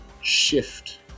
shift